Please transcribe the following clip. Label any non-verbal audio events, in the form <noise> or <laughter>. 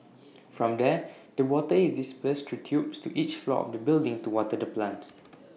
<noise> from there the water is dispersed through tubes to each floor of the building to water the plants